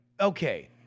okay